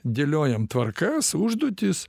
dėliojam tvarkas užduotis